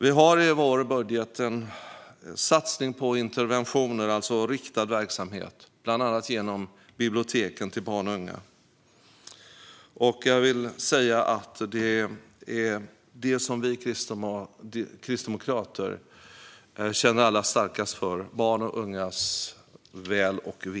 Vi har i vår budget en satsning på interventioner, alltså riktad verksamhet, bland annat genom biblioteken till barn och unga. Jag vill säga att det som vi kristdemokrater känner allra starkast för är barns och ungas väl och ve.